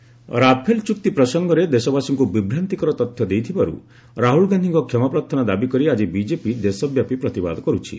BJP protest Rafale ଚ ୍ଚୁକ୍ତି ପ୍ରସଙ୍ଗରେ ଦେଶବାସୀଙ୍କୁ ବିଭ୍ରାନ୍ତିକର ୍ଚ ତଥ୍ୟ ଦେଇଥିବାରୁ ରାହୁଳ ଗାନ୍ଧୀଙ୍କ କ୍ଷମାପ୍ରାର୍ଥନା ଦାବିକରି ଆଜି ବିଜେପି ଦେଶବ୍ୟାପୀ ପ୍ରତିବାଦ କରୁଛି